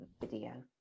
video